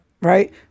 right